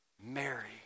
Mary